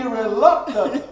reluctant